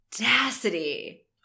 audacity